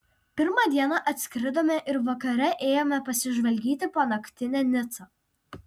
pirmą dieną atskridome ir vakare ėjome pasižvalgyti po naktinę nicą